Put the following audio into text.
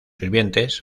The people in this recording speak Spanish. sirvientes